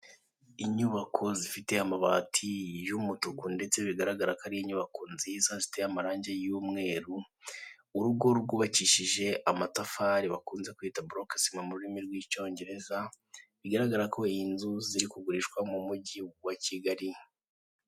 Inyubako zifite amabati y'umutuku ndetse bigaragara ko ari inyubako nziza ziteye amarange y'umweru, urugo rwubakishije amatafari bakunze kwita Boroke sima mu rurimi rw'icyongereza, bigaragara ko izi nzu ziri kugurishwa mu mujyi wa Kigali.